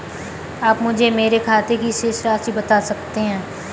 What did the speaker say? आप मुझे मेरे खाते की शेष राशि बता सकते हैं?